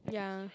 ya